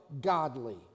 godly